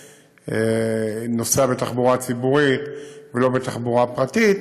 נוסע בתחבורה הציבורית ולא בתחבורה פרטית.